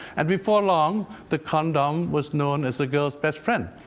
and before long, the condom was known as the girl's best friend.